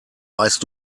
weißt